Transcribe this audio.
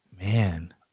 Man